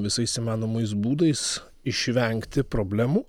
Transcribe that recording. visais įmanomais būdais išvengti problemų